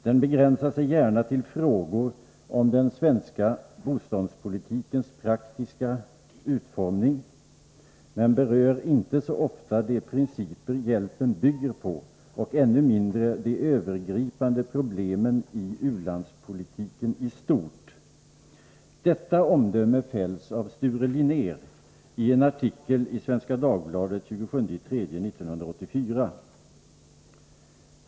Den begränsar sig gärna till frågor om den svenska biståndspolitikens praktiska utformning men berör inte så ofta de principer hjälpen bygger på och ännu mindre de övergripande problemen: ulandspolitiken i stort.” Detta omdöme fälls av Sture Linnér i en artikel i Svenska Dagbladet den 27 mars 1984.